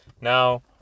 Now